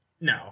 No